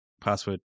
password